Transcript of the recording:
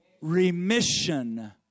remission